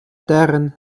терен